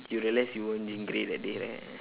you realize you weren't jean grey that day right